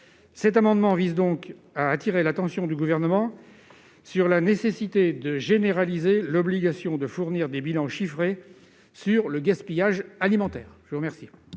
Cet amendement vise donc à attirer l'attention du Gouvernement sur la nécessité de généraliser l'obligation de fournir des bilans chiffrés sur le gaspillage alimentaire. Quel